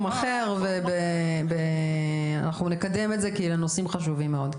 אחר ואנחנו נקדם את זה כי אלה נושאים חשובים מאוד.